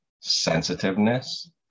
sensitiveness